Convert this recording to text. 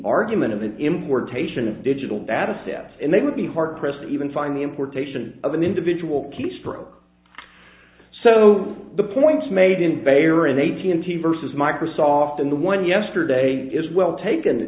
argument of the importation of digital data sets and they would be hard pressed to even find the importation of an individual keystroke so the points made in bayer in a t n t versus microsoft in the one yesterday is well taken